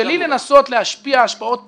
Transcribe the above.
בלי לנסות להשפיע השפעות פסולות.